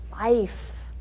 life